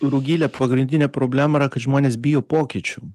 rugile pagrindinė problema yra kad žmonės bijo pokyčių